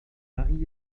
marie